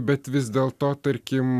bet vis dėlto tarkim